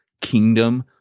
kingdom